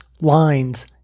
lines